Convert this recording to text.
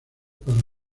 para